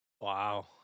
Wow